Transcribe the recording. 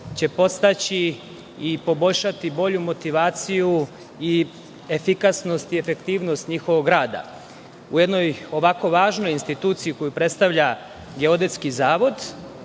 će podstaći i poboljšati bolju motivaciju i efikasnost i efektivnost njihovog rada.U jednoj ovako važnoj instituciji koju predstavlja Geodetski zavod,